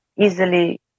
easily